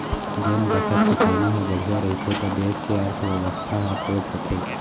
जेन बखत किसानी ह बड़िहा रहिथे त देस के अर्थबेवस्था ह पोठ होथे